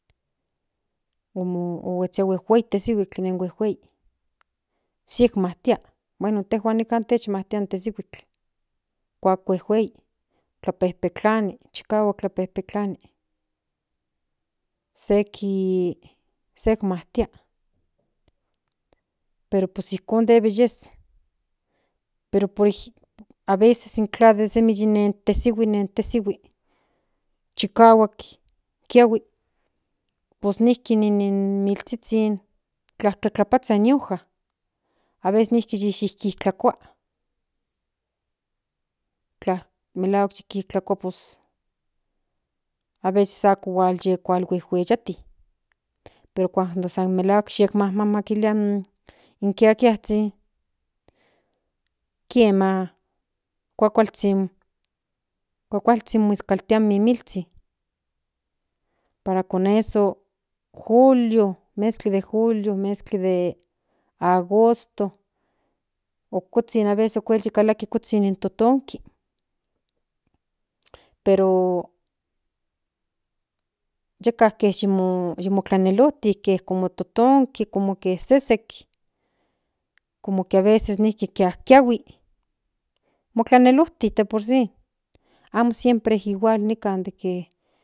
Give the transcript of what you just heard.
Yi mo huetsia huejeu tesihuitl huejuei sek maktia bueno intejuan nikan kishmatia antes tesihuitl kuak huejuei tlapejpetlani chikahuak tlapejpetlani seki sek majtia pero pues ijkon debe yes pero pues aveces intla de semi nen tesihui nen chikahuak kiahui pues nijki in milzhizhin kajtlatlapazha ni ni hoja aveces nijki ki yikintlakua melahuak yikintlakua pos aveces ako kualjuejueichati pero cuando pus amo melahuak yikmamakilia in kiakiazhin kiema kuakualzhin moiskaltia in mimilzhin para con eso julio mezkli de julio meskli de agosto okuzhin aveces okuel yikalaki kuzhin in totonki pero yeka ke yye mo motlaneloti que como totonki como ke sesek como ke aveces nijki kiajkiahui moylanelojti de por si amo siempre igual nikan de que